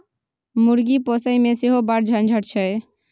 मुर्गी पोसयमे सेहो बड़ झंझट छै